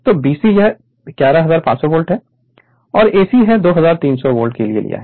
तो BC यह 11500 volt है और AC है 2300 वोल्ट ले लिया है